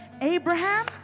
Abraham